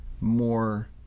more